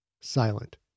silent